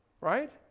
right